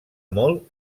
molt